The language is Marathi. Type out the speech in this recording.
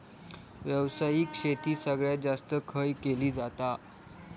व्यावसायिक शेती सगळ्यात जास्त खय केली जाता?